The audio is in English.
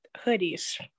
hoodies